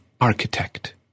architect